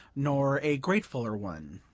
nor a gratefuller one.